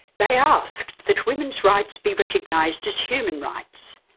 they asked that women's rights be recognised as human rights,